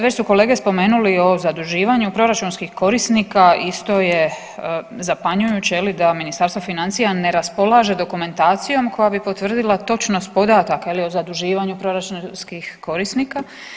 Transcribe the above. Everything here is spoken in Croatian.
Već su kolege spomenuli o zaduživanju proračunskih korisnika isto je zapanjujuće je li da Ministarstvo financija ne raspolaže dokumentacijom koja bi potvrdila točnost podataka je li o zaduživanju proračunskih korisnika.